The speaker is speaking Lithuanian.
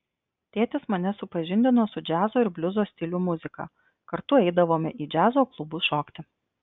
tėtis mane supažindino su džiazo ir bliuzo stilių muzika kartu eidavome į džiazo klubus šokti